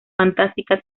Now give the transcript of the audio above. fantástica